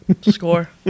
score